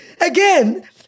Again